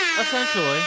essentially